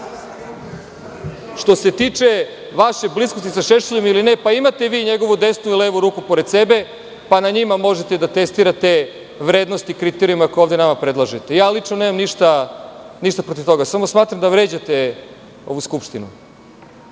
se tiče vaše bliskosti sa Šešeljem ili ne, pa imate vi njegovu desnu i levu ruku pored sebe, pa na njima možete da testirate vrednosti kriterijuma koje ovde nama predlažete. Lično nemam ništa protiv toga, samo smatram da vređate ovu Skupštinu. Mislim